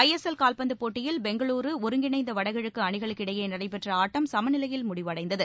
ஐ S L கால்பந்து போட்டியில் பெங்களுரு ஒருங்கிணந்த வடகிழக்கு அணிகளுக்கிடையே நடைபெற்ற ஆட்டம் சமநிலையில் முடிவடைந்தது